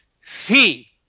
fee